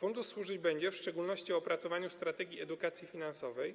Fundusz służyć będzie w szczególności opracowaniu strategii edukacji finansowej,